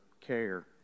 care